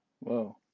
Whoa